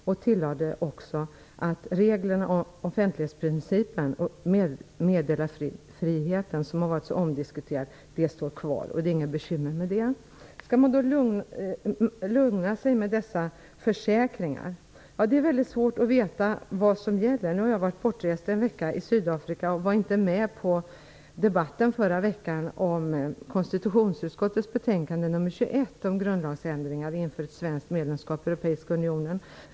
Man tillade också att reglerna om offentlighetsprincipen och meddelarfriheten, som har varit så omdiskuterade, står kvar, och att det inte är något bekymmer med detta. Skall man låta lugna sig med dessa försäkringar? Det är väldigt svårt att veta vad som gäller. Nu har jag varit bortrest en vecka i Sydafrika. Jag var inte med i debatten förra veckan om konstitutionsutskottets betänkande nr 21 om grundlagsändringar inför ett svenskt medlemskap i Europeiska unionen.